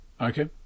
Okay